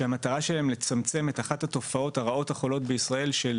שהמטרה שלהם היא לצמצם את אחת התופעות הרעות החלות בישראל,